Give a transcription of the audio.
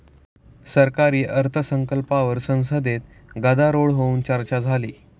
सरकारी अर्थसंकल्पावर संसदेत गदारोळ होऊन चर्चा झाली